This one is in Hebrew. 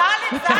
אבל אלכס,